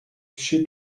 kişi